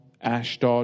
Ashdod